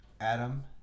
Adam